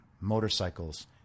motorcycles